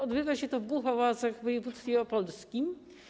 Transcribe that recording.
Odbywa się to w Głuchołazach w województwie opolskim.